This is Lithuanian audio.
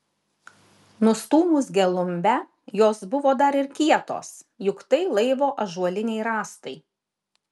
nustūmus gelumbę jos buvo dar ir kietos juk tai laivo ąžuoliniai rąstai